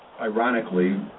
Ironically